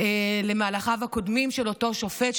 למהלכיו הקודמים של אותו שופט,